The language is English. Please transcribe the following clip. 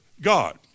God